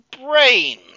brain